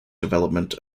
development